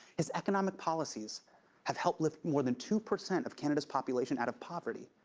his economic policies have helped lift more than two percent of canada's population out of poverty,